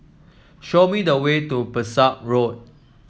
show me the way to Pesek Road